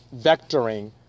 vectoring